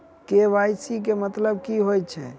KYC केँ मतलब की होइ छै?